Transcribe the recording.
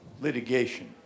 litigation